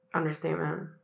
Understatement